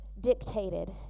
dictated